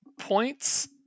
points